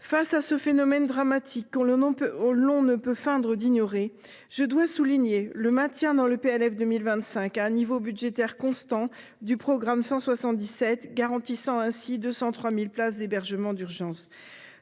Face à ce phénomène dramatique que l’on ne peut feindre d’ignorer, je dois souligner le maintien dans le projet de loi de finances pour 2025 à un niveau budgétaire constant du programme 177, garantissant ainsi 203 000 places d’hébergement d’urgence.